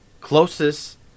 Closest